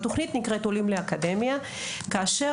התוכנית נקראת: "עולים לאקדמיה" כאשר